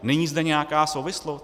Není zde nějaká souvislost?